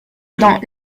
dans